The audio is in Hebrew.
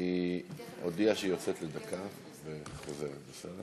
היא הודיעה שהיא יוצאת לדקה וחוזרת, בסדר?